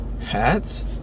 Hats